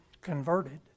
converted